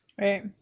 Right